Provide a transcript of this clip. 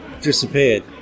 disappeared